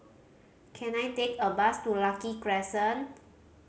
can I take a bus to Lucky Crescent